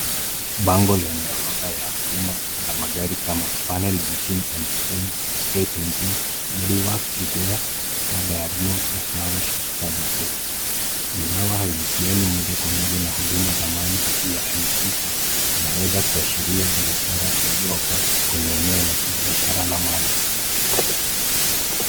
Bango lenye orodha ya huduma za magari kama panel beating and spray painting, body works repair, car diagnosis, na car wash service ,ingawa haihusiani moja kwa moja na huduma za mali isiyohamishika, inaweza kuhashiria biashara iliopo kwenye eneo la kibiashara la mali.